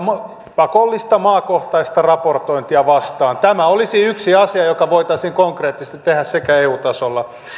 pakollista maakohtaista raportointia vastaan tämä olisi yksi asia joka voitaisiin konkreettisesti tehdä sekä eu tasolla